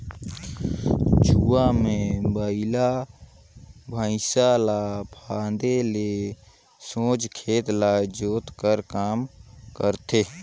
जुवा मे बइला भइसा ल फादे ले सोझ खेत ल जोत कर काम करथे